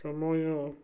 ସମୟ